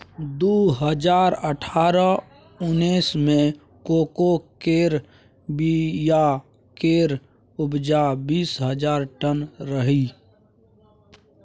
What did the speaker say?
दु हजार अठारह उन्नैस मे कोको केर बीया केर उपजा बीस हजार टन रहइ